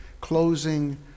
closing